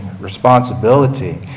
responsibility